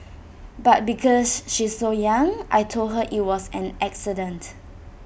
but because she's so young I Told her IT was an accident